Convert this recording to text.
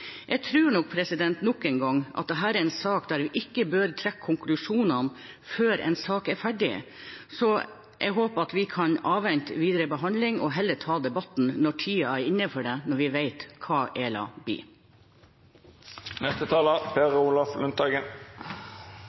Jeg tror nok at dette nok en gang er en sak der vi ikke bør trekke konklusjonene før en sak er ferdig, så jeg håper vi kan avvente videre behandling og heller ta debatten når tiden er inne for det, når vi vet hva ELA